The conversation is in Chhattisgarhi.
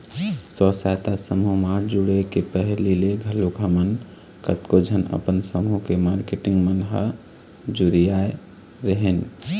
स्व सहायता समूह म जुड़े के पहिली ले घलोक हमन कतको झन अपन समूह के मारकेटिंग मन ह जुरियाय रेहेंन